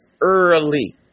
early